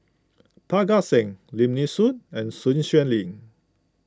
Parga Singh Lim Nee Soon and Sun Xueling